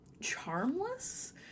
charmless